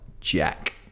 Jack